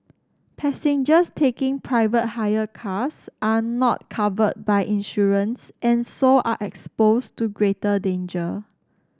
passengers taking private hire cars are not covered by insurance and so are exposed to greater danger